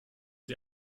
sie